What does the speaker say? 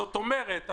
זאת אומרת,